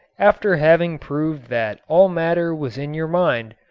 after having proved that all matter was in your mind,